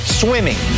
swimming